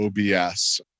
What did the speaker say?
OBS